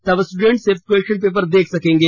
तब स्टूडेंट्स सिर्फ question paper देख सकते हैं